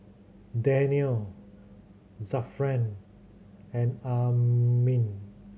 Daniel Zafran and Amrin